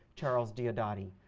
charles diodati,